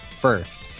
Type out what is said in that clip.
first